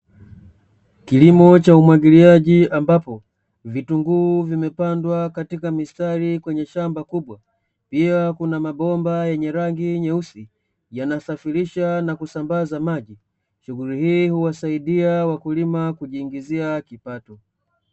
Kilimo cha umwagiliaji ambapo vitunguu vimepandwa katika mistari kwenye shamba kubwa, pia kuna mabomba yenye rangi nyeusi yanasafirisha na kusambaza maji, shughuli hii huwasaidia wakulima kujiingizia kipato.